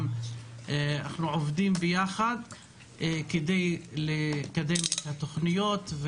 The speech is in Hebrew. אנחנו עובדים ביחד כדי לקדם את התוכניות.